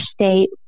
state